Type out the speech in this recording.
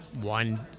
one